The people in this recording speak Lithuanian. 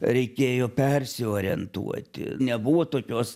reikėjo persiorientuoti nebuvo tokios